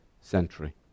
century